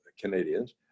Canadians